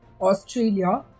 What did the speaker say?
Australia